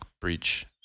bridge